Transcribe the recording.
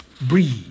Breathe